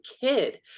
kid